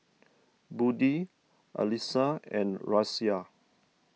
Budi Alyssa and Raisya